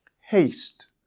Haste